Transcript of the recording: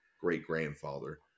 great-grandfather